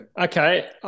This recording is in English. Okay